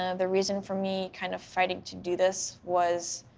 ah the reason for me kind of fighting to do this was